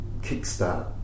kickstart